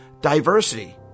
diversity